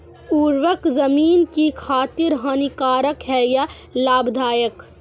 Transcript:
उर्वरक ज़मीन की खातिर हानिकारक है या लाभदायक है?